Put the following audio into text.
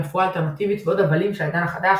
רפואה אלטרנטיבית ועוד הבלים של העידן החדש,